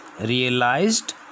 realized